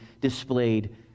displayed